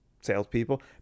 salespeople